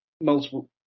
Multiple